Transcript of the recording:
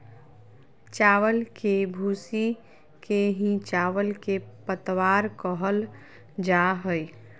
चावल के भूसी के ही चावल के पतवार कहल जा हई